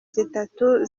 zitatu